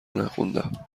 نخوندم